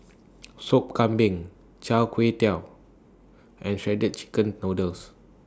Sop Kambing Chai Tow Kuay and Shredded Chicken Noodles